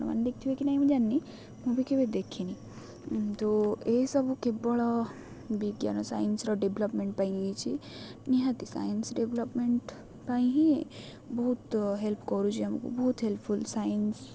ନମାନେ ଦେଖଥିବେ କି ନହିଁଁ ଜାଣିନି ମୁଁ ବି କେବେ ଦେଖିନି କିନ୍ତୁ ଏସବୁ କେବଳ ବିଜ୍ଞାନ ସାଇନ୍ସର ଡେଭଲପମେଣ୍ଟ ପାଇଁ ହେଇଛିି ନିହାତି ସାଇନ୍ସ ଡେଭଲପମେଣ୍ଟ ପାଇଁ ହିଁ ବହୁତ ହେଲ୍ପ କରୁଚି ଆମକୁ ବହୁତ ହେଲ୍ପଫୁଲ୍ ସାଇନ୍ସ